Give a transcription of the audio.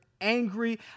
angry